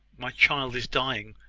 my child is dying.